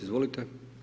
Izvolite.